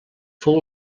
fou